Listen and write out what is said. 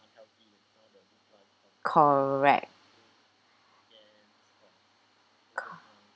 correct